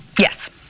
Yes